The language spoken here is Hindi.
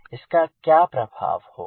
इसका क्या प्रभाव होगा